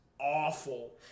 awful